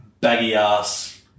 baggy-ass